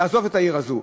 לעזוב את העיר הזאת,